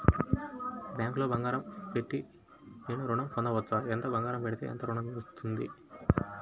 బ్యాంక్లో బంగారం పెట్టి నేను ఋణం పొందవచ్చా? ఎంత బంగారం పెడితే ఎంత ఋణం వస్తుంది?